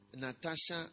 Natasha